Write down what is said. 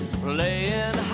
playing